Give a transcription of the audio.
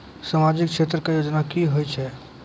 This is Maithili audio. समाजिक क्षेत्र के योजना की होय छै?